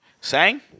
Sang